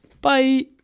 Bye